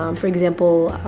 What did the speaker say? um for example,